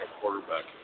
quarterback